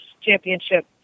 Championship